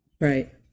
right